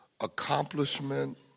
accomplishment